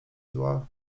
zła